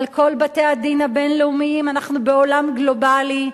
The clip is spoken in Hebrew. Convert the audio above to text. על כל בתי-הדין הבין-לאומיים, אנחנו בעולם גלובלי.